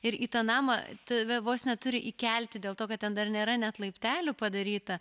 ir į tą namą tave vos neturi įkelti dėl to kad ten dar nėra net laiptelių padaryta